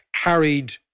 carried